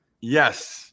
Yes